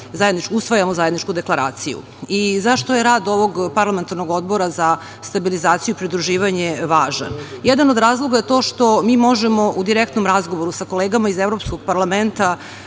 usvajamo zajedničku deklaraciju.Zašto je rad ovog Parlamentarnog odbora za stabilizaciju i pridruživanje važan? Jedan od razloga je to što mi možemo u direktnom razgovoru sa kolegama iz Evropskog parlamenta